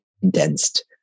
condensed